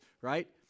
right